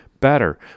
Better